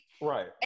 Right